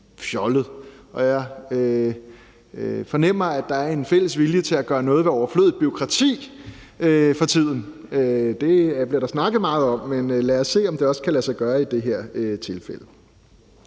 Og jeg fornemmer, at der er en fælles vilje til at gøre noget ved overflødigt bureaukrati for tiden. Det bliver der snakket meget om, men lad os se, om det også kan lade sig gøre i det her tilfælde.